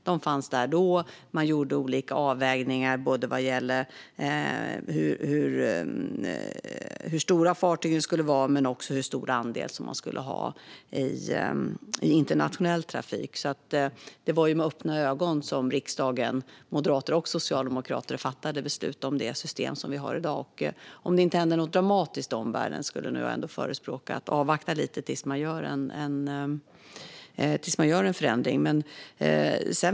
De fanns där då också, och man gjorde olika avvägningar både vad gäller hur stora fartygen skulle vara och vad gäller hur stor andel som skulle vara i internationell trafik. Det var alltså med öppna ögon som riksdagen - moderater och socialdemokrater - fattade beslut om det system som vi har i dag, och om det inte händer något dramatiskt i omvärlden skulle jag nog ändå förespråka att man avvaktar lite innan man gör en förändring.